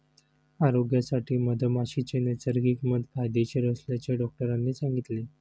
आरोग्यासाठी मधमाशीचे नैसर्गिक मध फायदेशीर असल्याचे डॉक्टरांनी सांगितले